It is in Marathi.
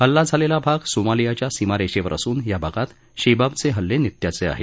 हल्ला झाला तो भाग सोमालियाच्या सीमारेषेवर असून या भागात शेबाबचे हल्ले नित्याचे आहेत